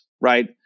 right